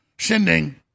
sending